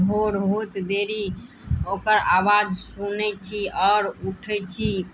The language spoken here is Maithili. भोर होइत देरी ओकर आवाज सुनै छी आओर उठै छी